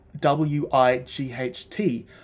W-I-G-H-T